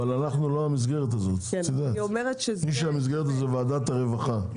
אבל אנחנו לא מטפלים בזה, ועדת הרווחה מטפלת בזה.